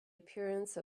appearance